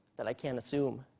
that i can't assume,